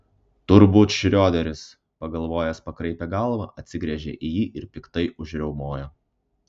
turbūt šrioderis pagalvojęs pakraipė galvą atsigręžė į jį ir piktai užriaumojo